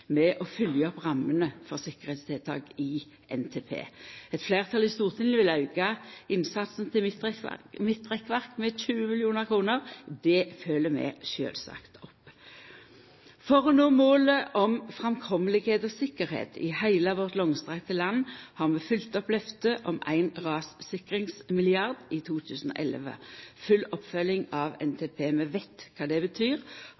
å følgja opp rammene for tryggingstiltak i NTP. Eit fleirtal i Stortinget vil auka innsatsen til midtrekkverk med 20 mill kr. Det følgjer vi sjølvsagt opp. For å nå målet om framkomst og tryggleik i heile vårt langstrakte land har vi følgt opp løftet om ein rassikringsmilliard i 2011 – full oppfølging av NTP. Vi veit kva det betyr